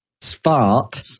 Spart